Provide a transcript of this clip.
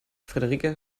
friederike